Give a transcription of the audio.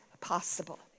possible